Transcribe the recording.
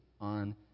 on